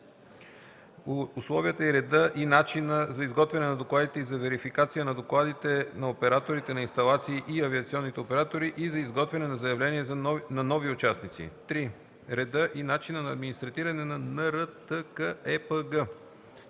2. условията, реда и начина за изготвяне на докладите и за верификация на докладите на операторите на инсталации и авиационните оператори и за изготвяне на заявления на нови участници; 3. реда и начина на администриране на НРТКЕПГ;